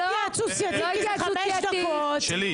לא התייעצות סיעתית של חמש דקות.